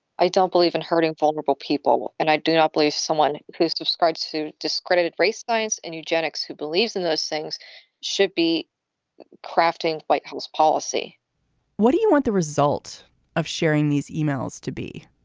i don't believe in hurting vulnerable people. and i do not believe someone who subscribes to discredited race, science and eugenics, who believes in those things should be crafting white house policy what do you want the result of sharing these e-mails to be?